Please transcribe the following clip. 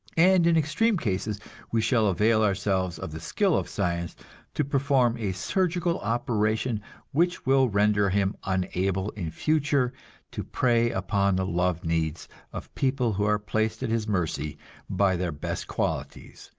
and in extreme cases we shall avail ourselves of the skill of science to perform a surgical operation which will render him unable in future to prey upon the love needs of people who are placed at his mercy by their best qualities,